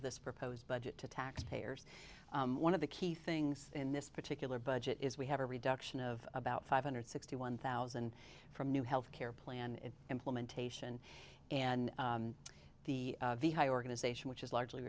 of this proposed budget to taxpayers one of the key things in this particular budget is we have a reduction of about five hundred sixty one thousand from new health care plan implementation and the organization which is largely